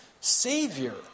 savior